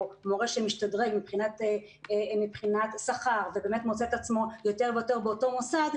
או מורה שמשתדרג מבחינת שכר ובאמת מוצא את עצמו יותר ויותר באותו מוסד,